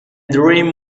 dream